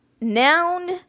noun